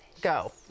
Go